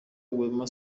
wema